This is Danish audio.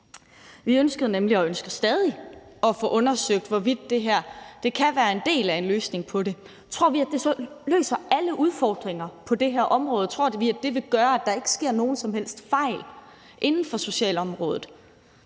og ønsker stadig at få undersøgt, hvorvidt det her kan være en del af en løsning på det. Tror vi, at det så løser alle udfordringer på det her område? Tror vi, at det vil gøre, at der ikke sker nogen som helst fejl inden for socialområdet?